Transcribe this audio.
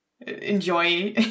enjoy